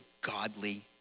godly